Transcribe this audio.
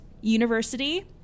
University